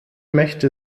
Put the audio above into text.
möchte